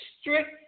strict